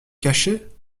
cacher